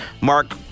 Mark